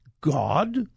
God